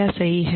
क्या सही है